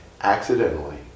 accidentally